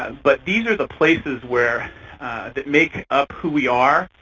um but these are the places where that make up who we are,